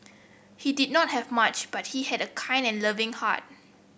he did not have much but he had a kind and loving heart